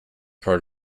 part